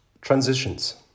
Transitions